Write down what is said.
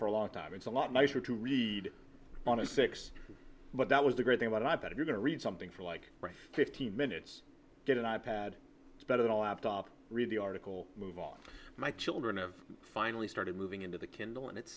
for a long time it's a lot nicer to read on a six but that was the great thing about it i bet you're going to read something for like fifteen minutes get an i pad it's better than a laptop read the article move all my children have finally started moving into the kindle and it